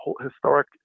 historic